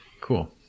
Cool